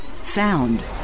Sound